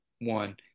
one